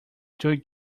joe